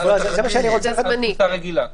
אפשר עד --- זה מה שאני רוצה --- אכיפה רגילה כן.